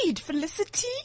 Felicity